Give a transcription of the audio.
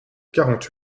quarante